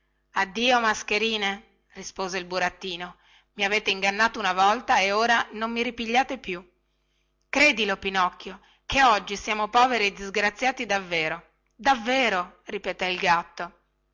addio mascherine rispose il burattino i avete ingannato una volta e ora non mi ripigliate più credilo pinocchio che oggi siamo poveri e disgraziati davvero davvero ripeté il gatto